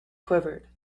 quivered